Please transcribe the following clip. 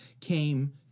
came